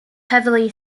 heavily